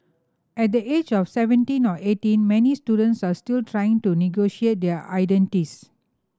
at the age of seventeen or eighteen many students are still trying to negotiate their identities